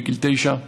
בגיל תשע,